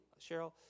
Cheryl